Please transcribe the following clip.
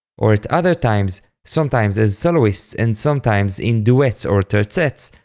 or at other times, sometimes as soloists and sometimes in duets or terzets,